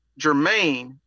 Jermaine